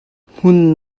hmun